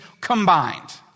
combined